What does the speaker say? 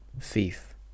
thief